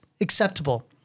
acceptable